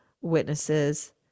witnesses